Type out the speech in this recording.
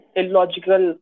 illogical